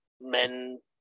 men